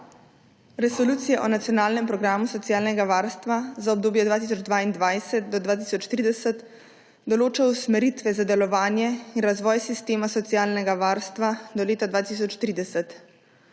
Resolucija o nacionalnem programu socialnega varstva za obdobje 2022−2030 določa usmeritve za delovanje in razvoj sistema socialnega varstva do leta 2030.